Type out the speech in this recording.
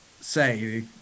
say